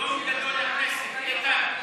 חוק הבנקאות (רישוי) (תיקון מס' 22),